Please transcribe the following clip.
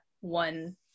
one